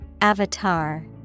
Avatar